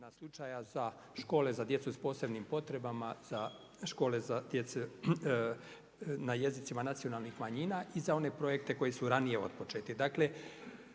tri slučaja za škole za djecu sa posebnim potrebama, za škole za djecu na jezicima nacionalnih manjina i za one projekte koji su ranije otpočeti.